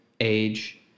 age